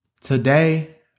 Today